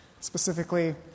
specifically